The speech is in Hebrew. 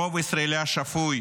הרוב הישראלי השפוי,